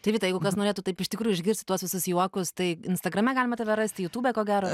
tai vita jeigu kas norėtų taip iš tikrųjų išgirsti tuos visus juokus tai instagrame galime tave rasti jutube ko gero